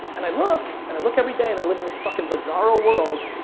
and i look, and i look every day, and i live in this fucking bizarro world.